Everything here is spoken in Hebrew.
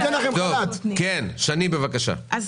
שני, בבקשה.